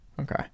Okay